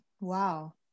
Wow